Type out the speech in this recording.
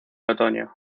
otoño